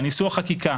ניסוח חקיקה,